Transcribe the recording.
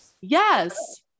yes